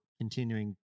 continuing